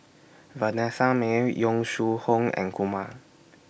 Vanessa Mae Yong Shu Hoong and Kumar